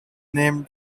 named